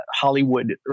Hollywood